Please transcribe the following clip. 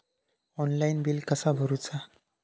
Online bill कसा करुचा?